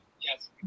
Yes